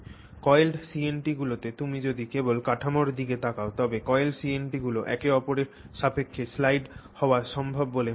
coiled CNT গুলিতে তুমি যদি কেবল কাঠামোর দিকে তাকাও তবে coiled CNTগুলি একে অপরের সাপেক্ষে স্লাইড হওয়া অসম্ভব বলে মনে হয়